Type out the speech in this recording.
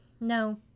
No